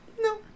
no